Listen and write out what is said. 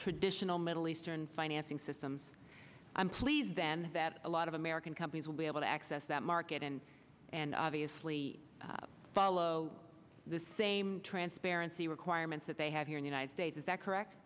traditional middle eastern financing systems i'm pleased then that a lot of american companies will be able to access that market and and obviously follow the same transparency requirements that they have here in the united states is that correct